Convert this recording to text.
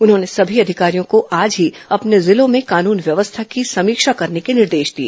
उन्होंने सभी अधिकारियों को आज ही अपने जिलों में कानून व्यवस्था की समीक्षा करने के निर्देश दिए